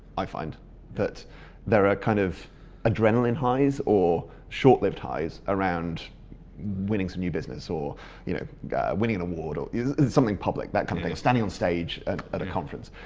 i find that there are kind of adrenaline highs or short-lived highs around winning some new business or you know winning award or something public that kind of thing. standing on stage at at a conference.